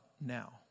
now